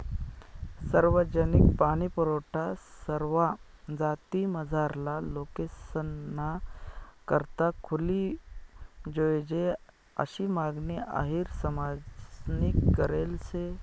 सार्वजनिक पाणीपुरवठा सरवा जातीमझारला लोकेसना करता खुली जोयजे आशी मागणी अहिर समाजनी करेल शे